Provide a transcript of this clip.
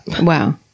Wow